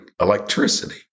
electricity